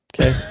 okay